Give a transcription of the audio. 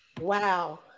Wow